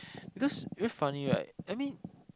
because very funny right I mean